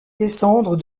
descendre